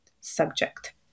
subject